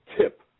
tip